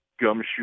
gumshoe